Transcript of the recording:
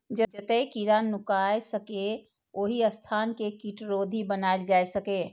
जतय कीड़ा नुकाय सकैए, ओहि स्थान कें कीटरोधी बनाएल जा सकैए